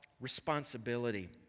responsibility